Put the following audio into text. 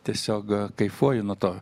tiesiog kaifuoji nuo to